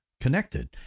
connected